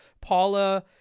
Paula